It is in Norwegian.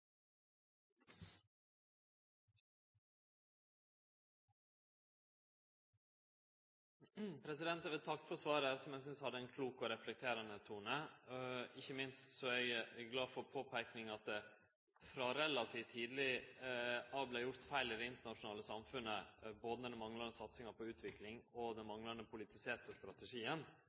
Eg vil takke for svaret, som eg synest hadde ein klok og reflekterande tone. Ikkje minst er eg glad for påpeikinga av at det frå relativt tidleg av vart gjort feil i det internasjonale samfunnet, både med den manglande satsinga på utvikling og med den manglande politiserte strategien,